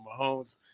Mahomes